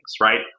right